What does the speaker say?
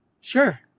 Sure